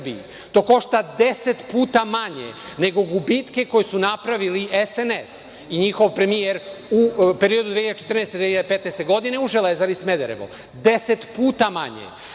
To košta deset puta manje nego gubitke koje su napravili SNS i njihov premijer u periodu 2014 -2015. godine u Železari Smederevo. Deset puta manje. Kad